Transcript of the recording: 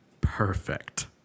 perfect